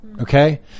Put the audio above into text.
Okay